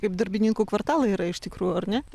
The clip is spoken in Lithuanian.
kaip darbininkų kvartalai yra iš tikrųjų ar ne